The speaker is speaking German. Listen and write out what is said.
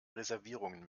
reservierungen